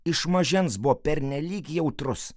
iš mažens buvo pernelyg jautrus